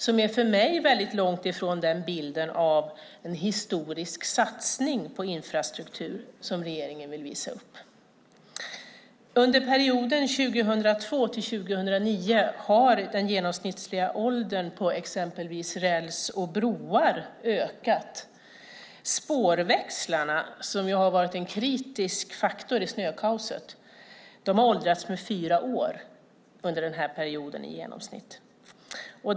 Det är för mig väldigt långt ifrån den bild av en historisk satsning på infrastruktur som regeringen vill visa upp. Under perioden 2002-2009 har den genomsnittliga åldern på exempelvis räls och broar ökat. Spårväxlarna, som har varit en kritisk faktor i snökaoset, har åldrats med i genomsnitt fyra år under den perioden.